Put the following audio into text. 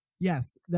Yes